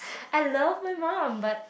I love my mum but